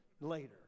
later